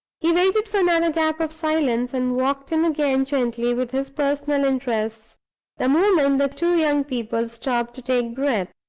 he waited for another gap of silence, and walked in again gently with his personal interests the moment the two young people stopped to take breath.